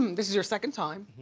this is your second time.